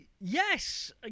Yes